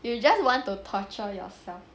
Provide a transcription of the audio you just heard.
you just want to torture yourself